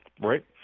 right